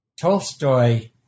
Tolstoy